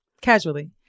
Casually